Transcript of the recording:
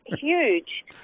huge